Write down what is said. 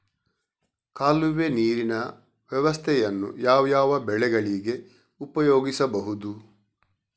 ಕಾಲುವೆ ನೀರಿನ ವ್ಯವಸ್ಥೆಯನ್ನು ಯಾವ್ಯಾವ ಬೆಳೆಗಳಿಗೆ ಉಪಯೋಗಿಸಬಹುದು?